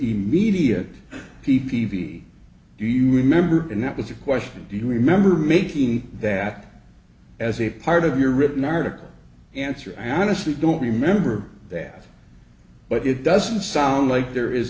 the media p p p do you remember and that was a question do you remember making that as a part of your written article answer i honestly don't remember that but it doesn't sound like there is